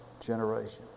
generation